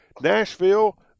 Nashville